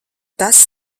tas